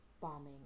bombing